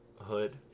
Hood